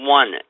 one